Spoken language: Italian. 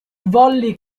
volli